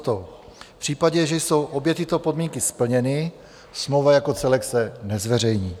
V případě, že jsou obě tyto podmínky splněny, smlouva jako celek se nezveřejní.